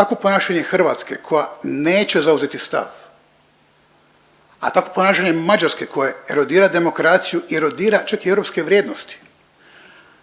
takvo ponašanje Hrvatske koja neće zauzeti stav, a takvo ponašanje Mađarske koja erodira demokraciju erodira čak i europske vrijednosti